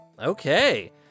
Okay